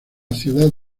ciudad